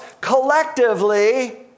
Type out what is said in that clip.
collectively